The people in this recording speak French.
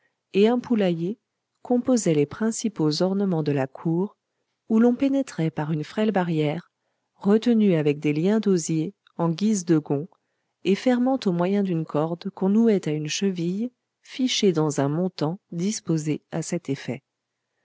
et un poulailler composaient les principaux ornements de la cour où l'on pénétrait par une frêle barrière retenue avec des liens d'osier en guise de gonds et fermant au moyen d'une corde qu'on nouait à une cheville fichée dans un montant disposé à cet effet